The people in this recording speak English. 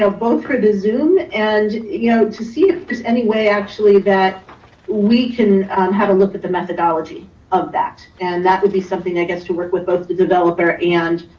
both for the zoom and you know to see if there's any way, actually, that we can have a look at the methodology of that. and that would be something i guess, to work with both the developer and